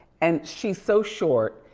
and she's so short,